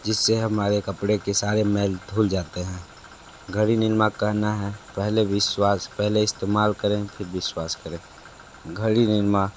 जिस से हमारे कपड़े के सारे मैल धुल जाते हैं घड़ी निरमा का कहना है पहले विश्वास पहले इस्तेमाल करें फिर विश्वास करें घड़ी निरमा